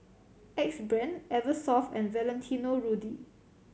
Axe Brand Eversoft and Valentino Rudy